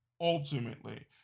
Ultimately